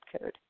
code